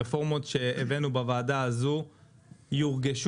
הרפורמות שהבאנו בוועדה הזו יורגשו,